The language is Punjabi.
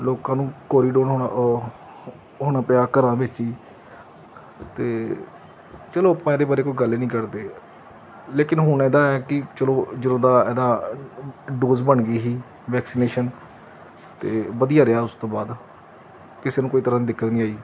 ਲੋਕਾਂ ਨੂੰ ਕੋਰੀਡੋਰ ਹੋਣਾ ਹੋਣਾ ਪਿਆ ਘਰਾਂ ਵਿੱਚ ਹੀ ਅਤੇ ਚੱਲੋ ਆਪਾਂ ਇਹਦੇ ਬਾਰੇ ਕੋਈ ਗੱਲ ਨਹੀਂ ਕਰਦੇ ਲੇਕਿਨ ਹੁਣ ਇਹਦਾ ਹੈ ਕਿ ਚਲੋ ਜਦੋਂ ਦਾ ਇਹਦਾ ਡੋਜ ਬਣ ਗਈ ਸੀ ਵੈਕਸੀਨੇਸ਼ਨ ਅਤੇ ਵਧੀਆ ਰਿਹਾ ਉਸ ਤੋਂ ਬਾਅਦ ਕਿਸੇ ਨੂੰ ਕੋਈ ਤਰ੍ਹਾਂ ਦੀ ਦਿੱਕਤ ਨਹੀਂ ਆਈ